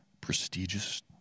prestigious